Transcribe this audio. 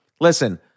listen